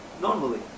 normally